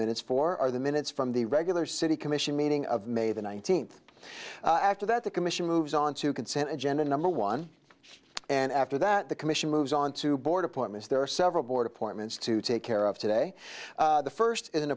minutes for are the minutes from the regular city commission meeting of may the nineteenth after that the commission moves onto consent agenda number one and after that the commission moves on to board appointments there are several board appointments to take care of today the first is an